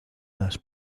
las